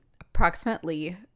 Approximately